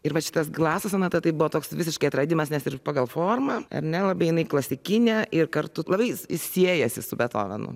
ir va šitas glaso sonata tai buvo toks visiškai atradimas nes ir pagal formą ar ne labai jinai klasikinė ir kartu labai sie siejasi su betovenu